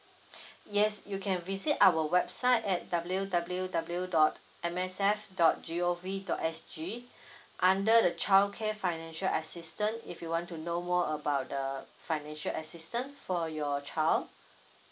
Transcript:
yes you can visit our website at W_W_W dot M S F dot G_O_V dot S_G under the childcare financial assistance if you want to know more about the financial assistance for your child